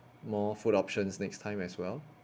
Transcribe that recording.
more food options next time as well